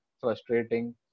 frustrating